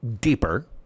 deeper